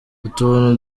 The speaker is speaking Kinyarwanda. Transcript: utuntu